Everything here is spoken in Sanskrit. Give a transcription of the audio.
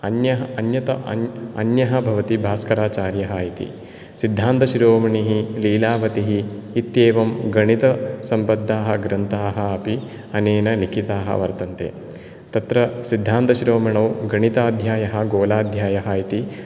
अन्यः अन्यः भवति भास्कराचार्यः इति सिद्धान्तशिरोमणिः लीलावतिः इत्येवं गणितसम्बद्धाः ग्रन्थाः अपि अनेन लिखिताः वर्तन्ते तत्र सिद्धान्तशिरोमणौ गणिताध्यायः गोलाध्यायः इति